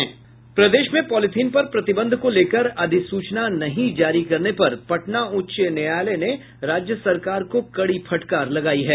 प्रदेश में पॉलिथिन पर प्रतिबंध को लेकर अधिसूचना नहीं जारी करने पर पटना उच्च न्यायालय ने राज्य सरकार को कड़ी फटकार लगायी है